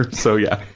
so yeah.